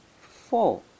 four